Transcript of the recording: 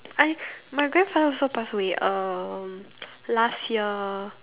I my grandfather also pass away um last year